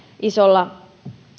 isolla